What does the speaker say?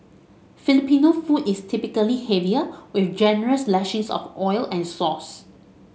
Filipino food is typically heavier with generous lashings of oil and sauce